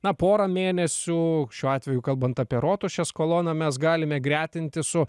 na porą mėnesių šiuo atveju kalbant apie rotušės koloną mes galime gretinti su